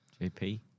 JP